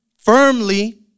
firmly